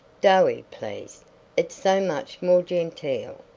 doey, please it's so much more genteel.